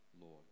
Lord